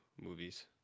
movies